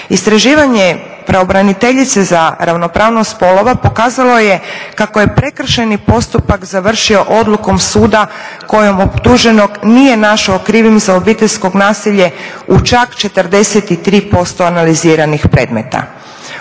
Istraživanje pravobraniteljice za ravnopravnost spolova pokazalo je kako je prekršajni postupak završio odlukom suda kojom optuženog nije našao krivim za obiteljsko nasilje u čak 43% analiziranih predmeta.